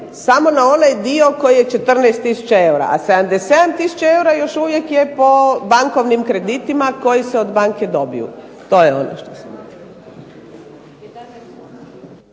samo na onaj dio koji je 14 tisuća eura, a 77 tisuća eura još uvijek je po bankovnim kreditima koji se od banke dobiju. To je ono što sam ja